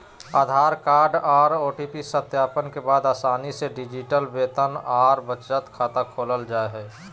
आधार card आर OTP सत्यापन के बाद आसानी से डिजिटल वेतन आर बचत खाता खोलल जा हय